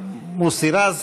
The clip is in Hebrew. מוסי רז.